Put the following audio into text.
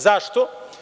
Zašto?